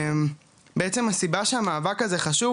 בעצם הסיבה שהמאבק הזה חשוב,